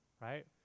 right